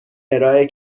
ارائه